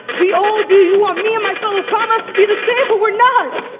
we all do, you want me and my fellow comrades to be the same but we're not.